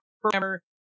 programmer